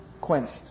quenched